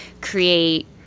create